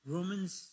Romans